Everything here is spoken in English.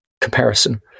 comparison